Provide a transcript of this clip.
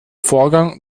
vorgang